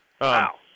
Wow